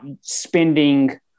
spending –